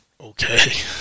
okay